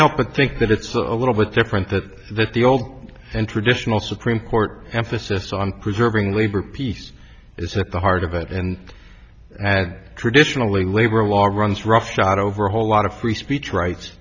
help but think that it's a little bit different that there's the old and traditional supreme court emphasis on preserving labor peace is that the heart of it and had traditionally labor law runs roughshod over a whole lot of free speech rights